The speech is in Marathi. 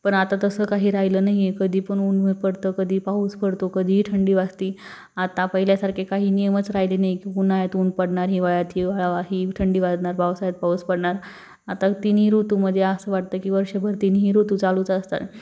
पण आता तसं काही राहिलं नाही आहे कधी पण ऊन पडतं कधी पाऊस पडतो कधीही थंडी वाजती आता पहिल्यासारखे काही नियमच राहिले नाही उन्हाळ्यात ऊन पडणार हिवाळ्यात हिवाळा हिव थंडी वाजणार पावसाळ्यात पाऊस पडणार आता तिन्ही ऋतूमधे असं वाटतं की वर्षभर तीनीही ऋतू चालूच असतात